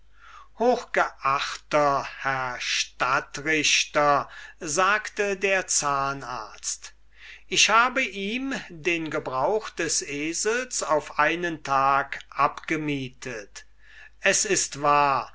hochgeachter herr stadtrichter sagte der zahnarzt ich habe ihm den gebrauch des esels auf einen tag abgemietet es ist wahr